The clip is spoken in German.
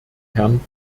herrn